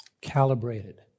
calibrated